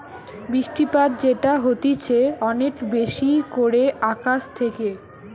বৃষ্টিপাত যেটা হতিছে অনেক বেশি করে আকাশ থেকে